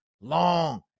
long